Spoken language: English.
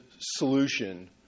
solution